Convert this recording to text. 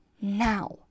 Now